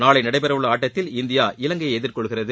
நாளை நடைபெறவுள்ள ஆட்டத்தில் இந்தியா இலங்கையை எதிர்கொள்கிறது